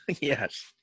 Yes